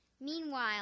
Meanwhile